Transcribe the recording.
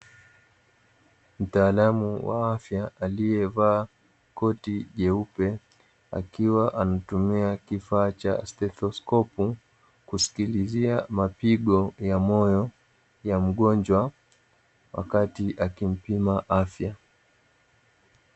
Mtaalamu wa afya aliyevaa koti jeupe, akiwa anatumia kifaa cha ''stethoscope'' kusikilizia mapigo ya moyo ya mgojwa wakati akimpima afya.